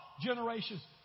generations